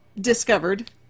discovered